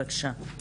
בבקשה.